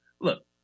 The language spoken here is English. Look